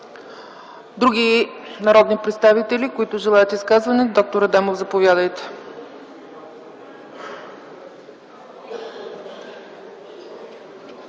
други народни представители, които желаят изказване? Доктор Адемов, заповядайте.